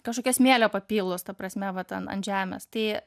kažkokio smėlio papilus ta prasme vat ant žemės tai